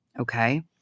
okay